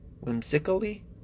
whimsically